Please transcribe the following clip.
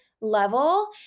level